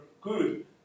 good